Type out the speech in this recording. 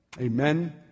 Amen